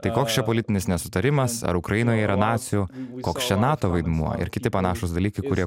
tai koks čia politinis nesutarimas ar ukrainoj yra nacių koks čia nato vaidmuo ir kiti panašūs dalykai kurie